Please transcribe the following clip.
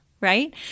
right